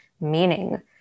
meaning